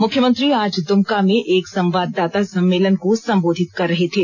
मुख्यमंत्री आज दमका में एक संवाददाता सम्मलेन को सम्बोधित कर रहे थे